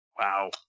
Wow